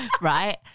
right